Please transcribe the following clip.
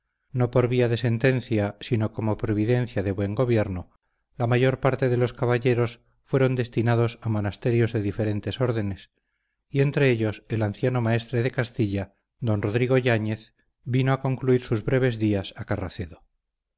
no por vía de sentencia sino como providencia de buen gobierno la mayor parte de los caballeros fueron destinados a monasterios de diferentes órdenes y entre ellos el anciano maestre de castilla don rodrigo yáñez vino a concluir sus breves días a carracedo